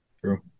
True